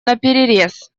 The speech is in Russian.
наперерез